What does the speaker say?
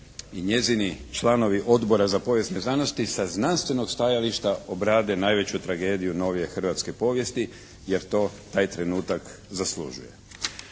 i njezini članovi Odbora za povijesne znanosti sa znanstvenog stajališta obrade najveću tragediju novije hrvatske povijesti jer to taj trenutak zaslužuje.